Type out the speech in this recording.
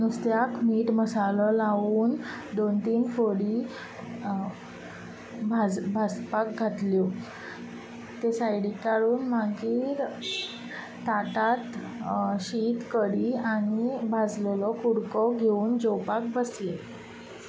नुस्त्याक मीठ मसालो लावन दोन तीन फोडी भाज भाजपाक घातल्यो ते सायडीक काडून मागीर ताटांत शीत कडी आनी भाजिल्लो कुडको घेवन जोवपाक बसलें